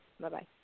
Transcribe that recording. Bye-bye